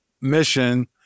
mission